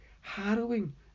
harrowing